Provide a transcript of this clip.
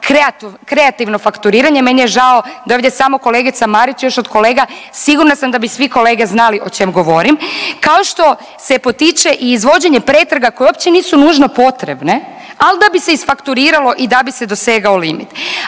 kreativno fakturiranje, meni je žao da je ovdje samo kolegica Marić još od kolega sigurna sam da bi svi kolege znali o čem govorim, kao što se potiče izvođenje pretraga koje uopće nisu nužno potrebne, al da bi se isfakturiralo i da bi se dosegao limit.